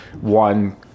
one